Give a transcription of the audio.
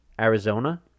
Arizona—